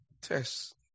Test